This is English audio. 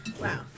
Wow